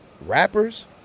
Rappers